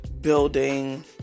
building